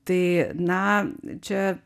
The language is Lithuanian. tai na čia